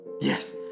yes